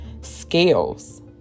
scales